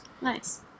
nice